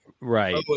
Right